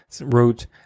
wrote